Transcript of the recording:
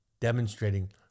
demonstrating